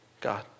God